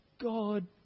God